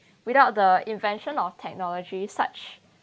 without the invention of technology such